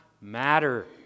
matter